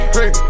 Hey